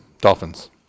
Dolphins